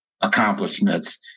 accomplishments